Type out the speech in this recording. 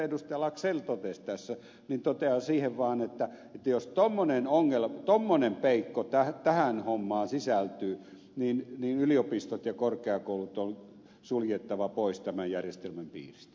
laxell totesi tässä totean vaan että jos tuommoinen peikko tähän hommaan sisältyy niin yliopistot ja korkeakoulut on suljettava pois tämän järjestelmän piiristä